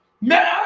Man